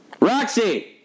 Roxy